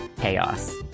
chaos